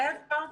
זאב פה.